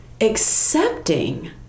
accepting